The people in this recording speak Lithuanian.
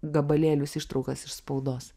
gabalėlius ištraukas iš spaudos